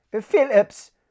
Phillips